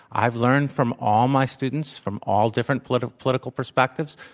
i've learned from all my students, from all different political political perspectives,